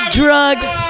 drugs